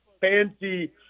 fancy